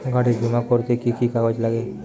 গাড়ীর বিমা করতে কি কি কাগজ লাগে?